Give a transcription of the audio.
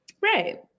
Right